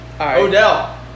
Odell